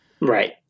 right